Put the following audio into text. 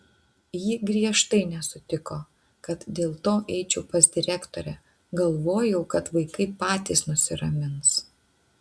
ji griežtai nesutiko kad dėl to eičiau pas direktorę galvojau kad vaikai patys nusiramins